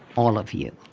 all of you.